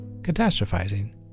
Catastrophizing